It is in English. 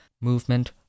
movement